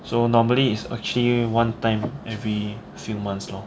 so normally is actually one time every few months lor